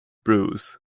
bruce